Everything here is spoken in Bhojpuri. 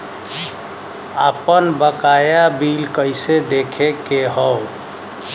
आपन बकाया बिल कइसे देखे के हौ?